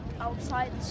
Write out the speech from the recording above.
outside